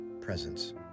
Presence